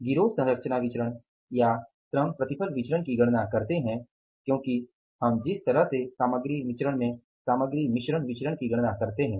गिरोह संरचना विचरण या श्रम प्रतिफल विचरण की गणना करते है क्योंकि हम जिस तरह से सामग्री विचरण में सामग्री मिश्रण विचरण की गणना करते हैं